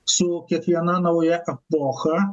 su kiekviena nauja epocha